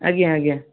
ଆଜ୍ଞା ଆଜ୍ଞା